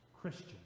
Christian